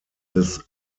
des